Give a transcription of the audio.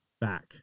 back